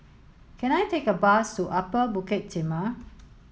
can I take a bus to Upper Bukit Timah